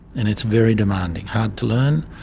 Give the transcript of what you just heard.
and it's very demanding, hard to learn,